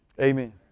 Amen